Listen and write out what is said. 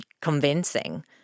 convincing